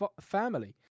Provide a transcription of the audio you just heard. family